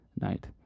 night